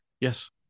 Yes